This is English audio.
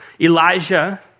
Elijah